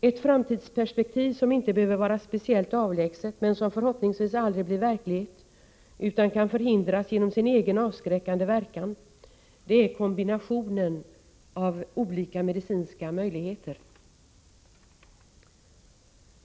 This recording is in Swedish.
Ett framtidsperspektiv som inte behöver vara speciellt avlägset — och som förhoppningsvis aldrig blir verklighet utan kan förhindras genom sin egen avskräckande verkan — det är kombinationen av två medicinska möjligheter.